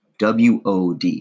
WOD